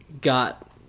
got